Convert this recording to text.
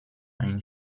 ein